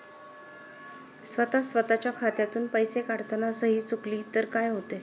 स्वतः स्वतःच्या खात्यातून पैसे काढताना सही चुकली तर काय होते?